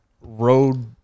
road